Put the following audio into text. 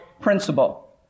principle